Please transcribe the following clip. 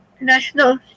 national